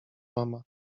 mama